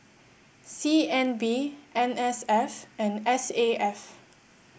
C N B N S F and S A F